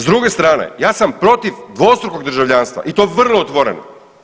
S druge strane, ja sam protiv dvostrukog državljanstva i to vrlo otvoreno.